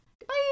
Goodbye